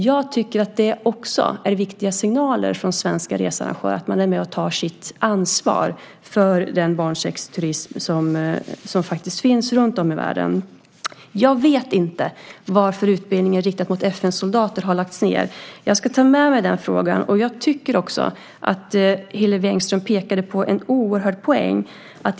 Jag tycker att det är viktiga signaler från svenska researrangörer att man är med och tar sitt ansvar för den barnsexturism som finns i världen. Jag vet inte varför utbildningen riktad mot FN-soldater har lagts ned. Jag ska ta med mig den frågan. Jag tycker att Hillevi Engström pekade på något viktigt.